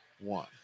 One